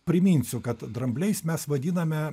priminsiu kad drambliais mes vadiname